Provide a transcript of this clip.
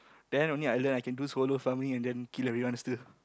then only I learn I can do solo farming and then kill everyone still